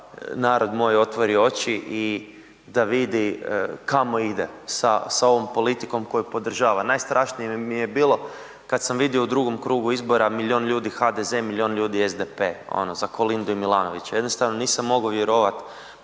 narod moj otvori oči i da vidi kao ide sa ovom politikom koju podržava. Najstrašnije mi je bilo kad sam vidio u drugom krugu izbora, milion ljudi HDZ, milion ljudi SDP, ono za Kolindu i Milanovića. Jednostavno nisam mogao vjerovat